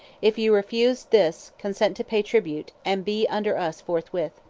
if you refuse this, consent to pay tribute, and be under us forthwith.